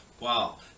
Wow